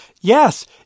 yes